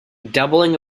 doubling